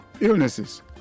illnesses